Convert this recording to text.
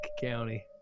County